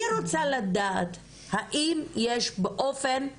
אני רוצה לדעת האם יש באופן מחייב.